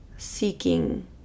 seeking